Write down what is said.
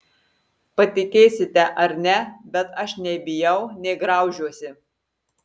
patikėsite ar ne bet aš nei bijau nei graužiuosi